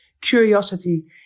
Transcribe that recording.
curiosity